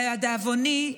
לדאבוני,